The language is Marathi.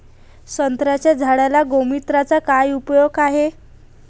संत्र्याच्या झाडांले गोमूत्राचा काय उपयोग हाये?